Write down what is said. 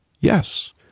Yes